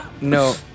No